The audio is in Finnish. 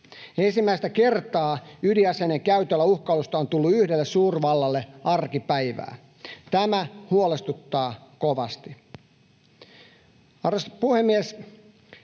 Ensimmäistä kertaa ydinaseiden käytöllä uhkailusta on tullut yhdelle suurvallalle arkipäivää. Tämä huolestuttaa kovasti. Arvoisa puhemies!